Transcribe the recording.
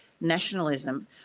nationalism